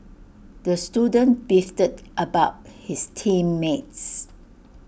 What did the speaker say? the student beefed about his team mates